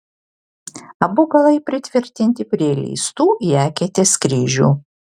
abu galai pritvirtinti prie įleistų į eketes kryžių